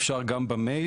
אפשר גם במייל.